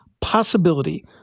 possibility